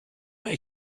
may